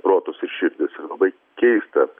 protus ir širdis ir labai keista